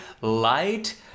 light